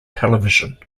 television